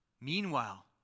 Meanwhile